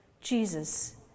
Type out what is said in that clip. Jesus